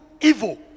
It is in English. evil